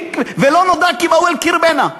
ולא נודע כי באו אל קרבנה.